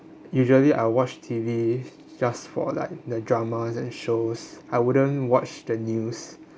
usually I'll watch T_V just for like the dramas and shows I wouldn't watch the news